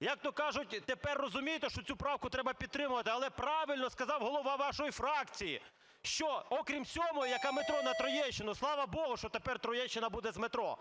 як-то кажуть, тепер розумієте, що цю правку треба підтримувати. Але правильно сказав голова вашої фракції, що окрім 7-ї, яка метро на Троєщину, слава Богу, що тепер Троєщина буде з метро,